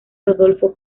rodolfo